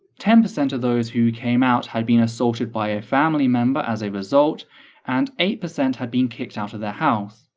ten percent of those who came out had been assaulted by a family member as a result and eight percent had been kicked out of their house.